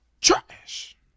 Trash